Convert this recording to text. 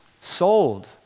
sold